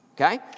Okay